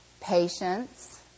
patience